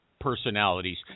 personalities